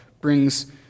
brings